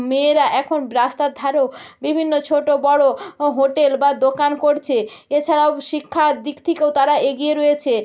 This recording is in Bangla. মেয়েরা এখন রাস্তার ধারেও বিভিন্ন ছোটো বড় ও হোটেল বা দোকান করছে এছাড়াও শিক্ষার দিক থেকেও তারা এগিয়ে রয়েছে